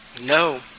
no